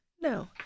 no